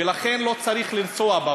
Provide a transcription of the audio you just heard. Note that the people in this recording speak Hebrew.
ולכן לא צריך לנסוע בה.